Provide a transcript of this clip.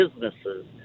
businesses